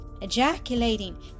ejaculating